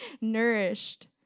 nourished